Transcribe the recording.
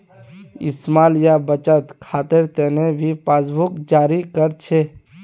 small या बचत खातार तने भी पासबुकक जारी कर छे